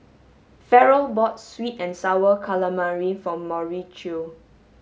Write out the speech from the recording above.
Ferrell bought sweet and sour calamari for Mauricio